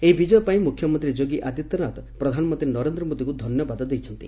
ଏହି ବିଜୟ ପାଇଁ ମୁଖ୍ୟମନ୍ତ୍ରୀ ଯୋଗୀ ଆଦିତ୍ୟନାଥ ପ୍ରଧାନମନ୍ତ୍ରୀ ନରେନ୍ଦ୍ର ମୋଦିଙ୍କୁ ଧନ୍ୟବାଦ ଦେଇଛନ୍ତି